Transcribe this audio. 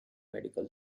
medical